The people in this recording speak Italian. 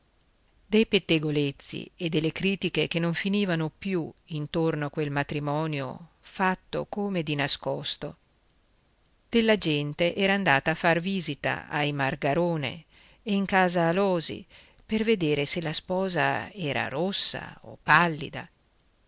dei pettegolezzi e delle critiche che non finivano più intorno a quel matrimonio fatto come di nascosto della gente era andata a far visita ai margarone e in casa alòsi per vedere se la sposa era rossa o pallida